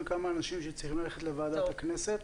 כמה אנשים שצריכים ללכת לוועדת הכנסת,